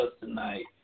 tonight